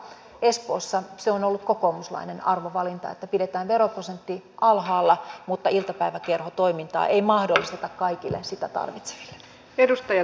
espoossa se on ollut kokoomuslainen arvovalinta että pidetään veroprosentti alhaalla mutta iltapäiväkerhotoimintaa ei mahdollisteta kaikille sitä tarvitseville